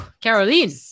Caroline